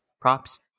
props